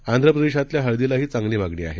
आंध्र प्रदेशातल्या हळदीलाही चांगली मागणी आहे